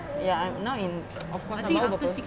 ya I'm now in of course lah baru berapa